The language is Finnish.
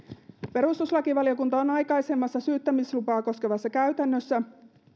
perustuslakivaliokunta on aikaisemmassa syyttämislupaa koskevassa käytännössä